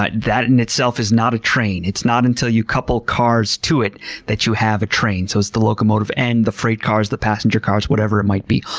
but that in itself is not a train. it's not until you couple cars to it that you have a train. so it's the locomotive and the freight cars, the passenger cars, whatever it might be.